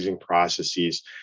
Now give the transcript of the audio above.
processes